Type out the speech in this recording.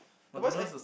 the voice act